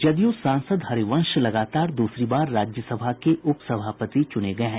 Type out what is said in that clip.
जदयू सांसद हरिवंश लगातार दूसरी बार राज्यसभा के उपसभापति चुने गये हैं